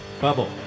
Bubble